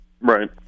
Right